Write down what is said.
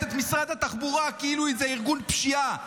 את משרד התחבורה כאילו זה ארגון פשיעה,